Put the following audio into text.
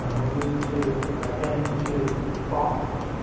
um we need to attend to costs.